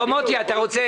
מוטי יוגב, אתה יכול להגיד.